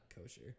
kosher